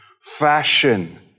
fashion